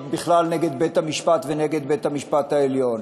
בכלל נגד בית-המשפט ונגד בית-המשפט העליון.